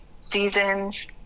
seasons